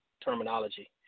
terminology